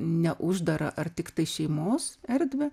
ne uždarą ar tiktai šeimos erdvę